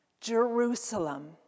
Jerusalem